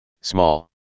small